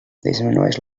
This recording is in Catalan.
disminueix